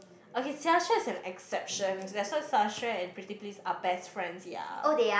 okay xiaxue is an exception that's why xiaxue and Preetipls are best friends ya